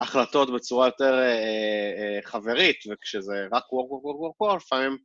החלטות בצורה יותר חברית, וכשזה רק work work work work, לפעמים...